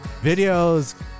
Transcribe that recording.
videos